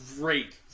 great